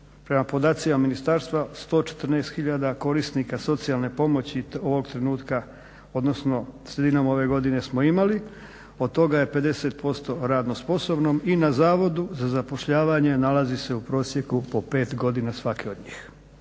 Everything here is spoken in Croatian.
Prema podacima ministarstva 114 tisuća korisnika socijalne pomoći ovog trenutka, odnosno sredinom ove godine smo imali. Od toga je 50% radno sposobno i na Zavodu za zapošljavanje nalazi se u prosjeku po 5 godina svaki od njih.